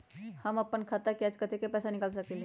हम अपन खाता से आज कतेक पैसा निकाल सकेली?